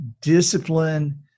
discipline